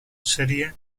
serie